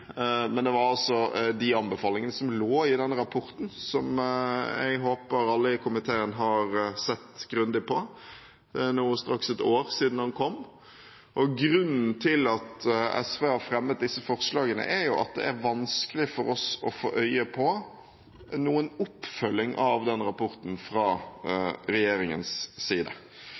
anbefalingene som lå i denne rapporten som jeg håper alle i komiteen har sett grundig på. Det er straks et år siden den kom. Grunnen til at SV har fremmet disse forslagene, er at det er vanskelig for oss å få øye på noen oppfølging av den rapporten fra